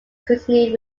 continued